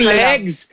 legs